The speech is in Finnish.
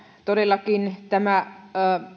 todellakin tämä